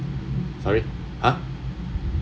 sorry !huh!